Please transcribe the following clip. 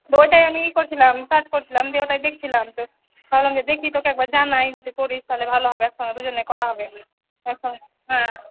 ওইটাই আমি ই করছিলাম সার্চ করছিলাম দিয়ে ওইটাই দেখছিলাম তো ভাবলাম যে দেখি তোকে একবার জানাই যদি করিস তালে ভালো হবে একসঙ্গে দুজনে করা হবে একসঙ্গে হ্যাঁ